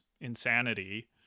insanity